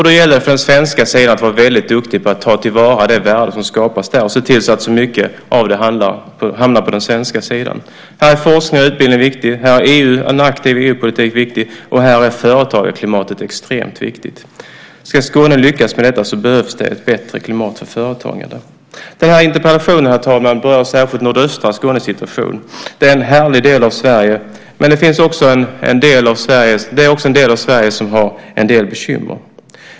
Då gäller det för den svenska sidan att vara väldigt duktig på att ta till vara det värde som skapas där och se till att så mycket som möjligt av det hamnar på den svenska sidan. Här är forskning och utbildning viktiga. Här är en aktiv EU-politik viktig. Och här är företagarklimatet extremt viktigt. Om Skåne ska lyckas med detta behövs det ett bättre klimat för företagande. Den här interpellationen, herr talman, berör särskilt nordöstra Skånes situation. Det är en härlig del av Sverige, men det är också en del av Sverige som har en del bekymmer.